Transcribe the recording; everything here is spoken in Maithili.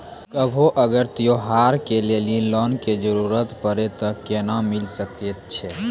कभो अगर त्योहार के लिए लोन के जरूरत परतै तऽ केना मिल सकै छै?